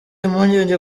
impungenge